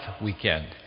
weekend